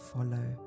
Follow